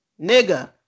nigga